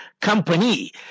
company